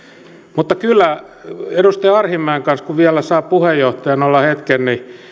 mutta olen kyllä edustaja arhinmäen kanssa kun vielä saan puheenjohtajana olla hetken